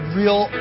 real